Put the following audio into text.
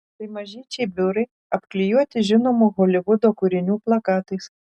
tai mažyčiai biurai apklijuoti žinomų holivudo kūrinių plakatais